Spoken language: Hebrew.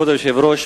כבוד היושב-ראש,